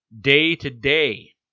day-to-day